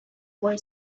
boy